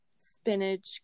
spinach